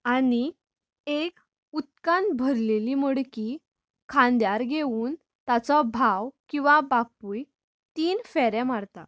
आनी एक उदकान भरलेली मडकी खांद्यार घेवून ताचो भाव किंवां बापूय तीन फेरे मारता